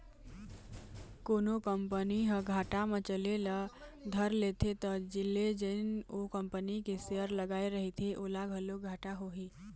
कोनो कंपनी ह घाटा म चले ल धर लेथे त ले जेन ओ कंपनी के सेयर लगाए रहिथे ओला घलोक घाटा होही